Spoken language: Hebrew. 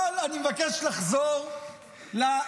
אבל אני מבקש לחזור לאקספוזיציה,